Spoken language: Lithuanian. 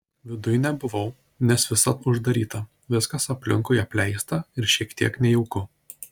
viduj nebuvau nes visad uždaryta viskas aplinkui apleista ir šiek tiek nejauku